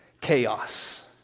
Chaos